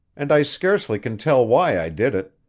and i scarcely can tell why i did it.